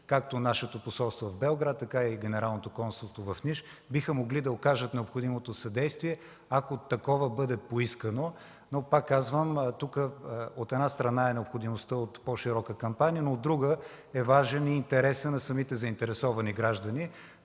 както нашето посолство в Белград, така и генералното консулство в Ниш биха могли да окажат необходимото съдействие, ако такова бъде поискано, но пак казвам, че тук от една страна е необходимостта от по-широка кампания, а от друга е важен и интересът на самите заинтересовани граждани,